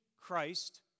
Christ